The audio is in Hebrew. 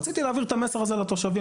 רציתי להעביר את המסר הזה לתושבים,